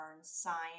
science